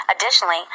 Additionally